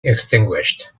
extinguished